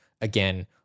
again